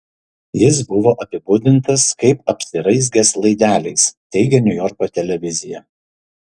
jis buvo apibūdintas kaip apsiraizgęs laideliais teigia niujorko televizija